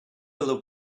will